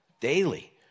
daily